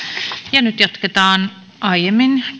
nyt jatketaan aiemmin